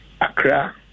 Accra